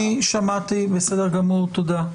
אני שמעתי, בסדר גמור, תודה.